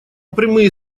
прямые